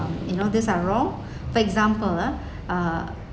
um you know these are wrong for example ah uh